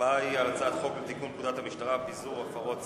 ההצבעה היא על הצעת חוק לתיקון פקודת המשטרה (פיזור הפרות סדר),